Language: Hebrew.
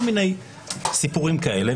כל מיני סיפורים כאלה.